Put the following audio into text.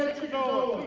to go